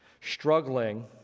struggling